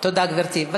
תודה, גברתי.